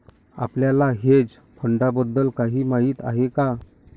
आपल्याला हेज फंडांबद्दल काही माहित आहे का?